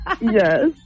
Yes